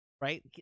right